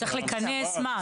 צריך לכנס מה?